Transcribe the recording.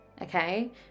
Okay